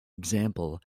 example